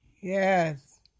yes